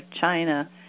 China